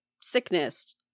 sickness